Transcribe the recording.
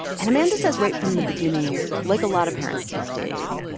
and amanda says right from the beginning, like a lot of parents these days,